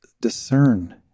discern